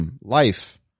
life